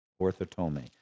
orthotome